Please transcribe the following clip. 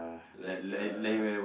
like a